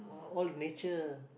all nature